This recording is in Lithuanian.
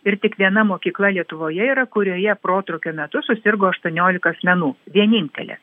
ir tik viena mokykla lietuvoje yra kurioje protrūkio metu susirgo aštuoniolika asmenų vienintelė